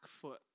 foot